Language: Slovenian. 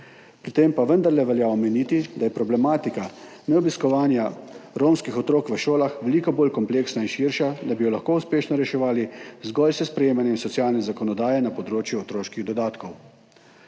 Pri tem pa vendarle velja omeniti, da je problematika neobiskovanja romskih otrok v šolah veliko bolj kompleksna in širša, da bi jo lahko uspešno reševali zgolj s sprejemanjem socialne zakonodaje na področju otroških dodatkov.